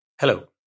Hello